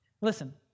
Listen